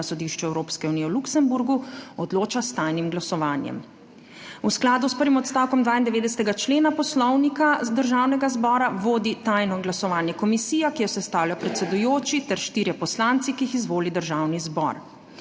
na Sodišču Evropske unije v Luksemburgu odloča s tajnim glasovanjem. V skladu s prvim odstavkom 92. člena Poslovnika Državnega zbora vodi tajno glasovanje komisija, ki jo sestavljajo predsedujoči ter štirje poslanci, ki jih izvoli Državni zbor.